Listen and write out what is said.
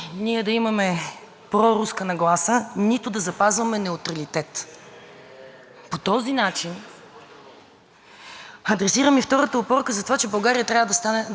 адресираме и втората опорка, че България трябва да остане неутрална. Никога българските ни възрожденци не са искали от нас да бъдем неутрални.